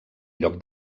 lloc